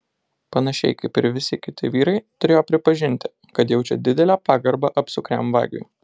panašiai kaip ir visi kiti vyrai turėjo pripažinti kad jaučia didelę pagarbą apsukriam vagiui